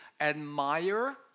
admire